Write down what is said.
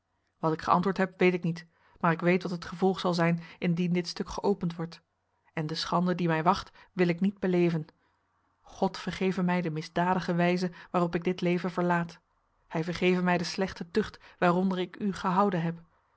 wat ik geantwoord heb weet ik niet maar ik weet wat het gevolg zal zijn indien dit stuk geopend wordt en de schande die mij wacht wil ik niet beleven god vergeve mij de misdadige wijze waarop ik dit leven verlaat hij vergeve mij de slechte tucht waaronder ik u gehouden heb